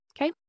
Okay